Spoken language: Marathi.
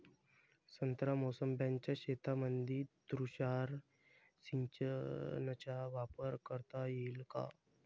संत्रा मोसंबीच्या शेतामंदी तुषार सिंचनचा वापर करता येईन का?